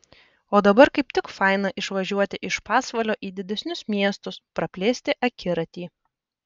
o dabar kaip tik faina išvažiuoti iš pasvalio į didesnius miestus praplėsti akiratį